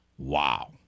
Wow